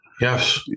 Yes